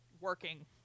working